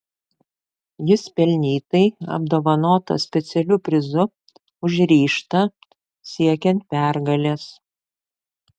jis pelnytai apdovanotas specialiu prizu už ryžtą siekiant pergalės